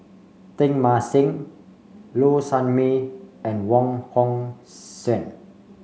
Teng Mah Seng Low Sanmay and Wong Hong Suen